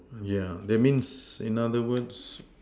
yeah that means in other words